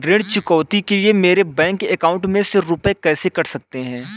ऋण चुकौती के लिए मेरे बैंक अकाउंट में से रुपए कैसे कट सकते हैं?